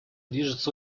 движется